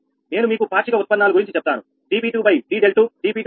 నేను మీకు పాక్షిక ఉత్పన్నాలు గురించి చెప్తాను